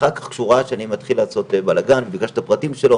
ואחר כך כשהוא ראה שאני מתחיל לעשות בלגן וביקשתי את הפרטים שלו